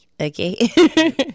okay